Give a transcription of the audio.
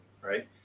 right